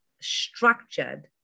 structured